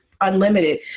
unlimited